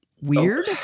weird